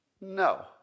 No